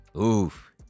Oof